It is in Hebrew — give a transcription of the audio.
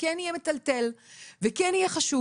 שיהיה מטלטל וחשוב,